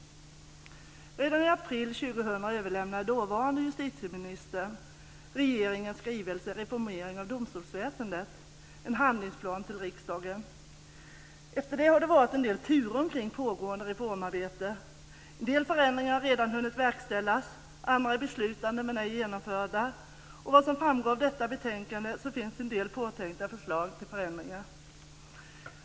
Redan i april 2000 överlämnade dåvarande justitieministern regeringens skrivelse Reformering av domstolsväsendet - en handlingsplan till riksdagen. Efter det har det varit en del turer omkring det pågående reformarbetet. En del förändringar har redan hunnit verkställas. Andra är beslutade men ej genomförda. Av detta betänkande framgår det att det finns en del påtänkta förslag till förändringar.